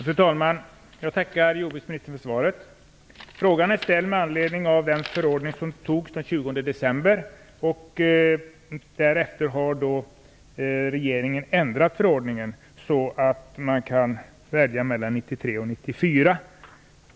Fru talman! Jag tackar jordbruksministern för svaret. Frågan är ställd med anledning av den förordning som antogs den 20 december. Därefter har regeringen ändrat förordningen så att man kan välja mellan produktionen 1993 och 1994.